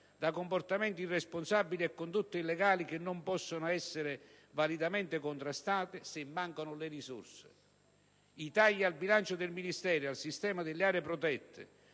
da comportamenti irresponsabili e condotte illegali che non possono essere validamente contrastate se mancano le risorse. I tagli al bilancio del Ministero e al sistema delle aree protette,